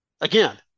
Again